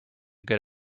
good